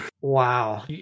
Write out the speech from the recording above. Wow